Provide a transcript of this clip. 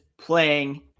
playing